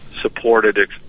supported